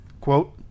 Quote